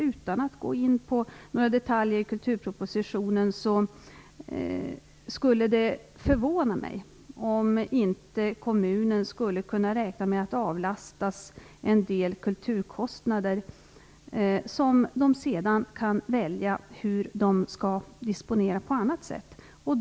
Utan att gå in på några detaljer i kulturpropositionen kan jag säga att det skulle förvåna mig om kommunen inte kunde räkna med att avlastas en del kulturkostnader. De pengarna kan man sedan välja att disponera på annat sätt.